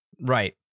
Right